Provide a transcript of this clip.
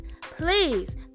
please